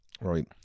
Right